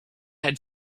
had